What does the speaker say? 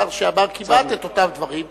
השר שאמר כמעט את אותם דברים.